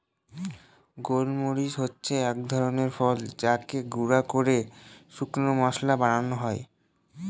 গোল মরিচ হচ্ছে এক ধরনের ফল যাকে গুঁড়া করে শুকনো মশলা বানানো হয়